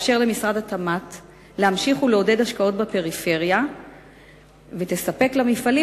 תאפשר למשרד התמ"ת להמשיך ולעודד השקעות בפריפריה ותספק למפעלים